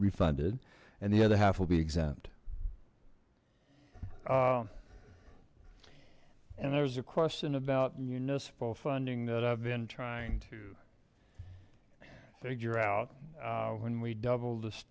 refunded and the other half will be exempt and there was a question about municipal funding that i've been trying to figure out when we doubled